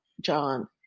John